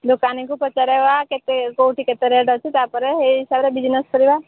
ଦୋକାନୀକୁ ପଚାରିବା କେତେ କୋଉଠି କେତେ ରେଟ୍ ଅଛି ତାପରେ ସେଇ ହିସାବରେ ବିଜନେସ କରିବା